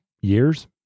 years